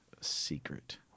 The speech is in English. secret